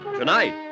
Tonight